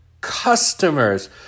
customers